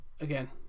again